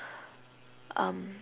um